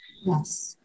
Yes